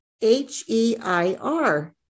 H-E-I-R